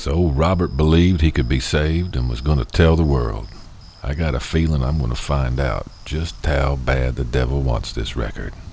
so robert believed he could be saved and was going to tell the world i got a feeling i'm going to find out just how bad the devil wants this record